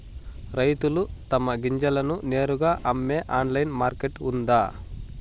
రైతులు తమ గింజలను నేరుగా అమ్మే ఆన్లైన్ మార్కెట్ ఉందా?